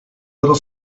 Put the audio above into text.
little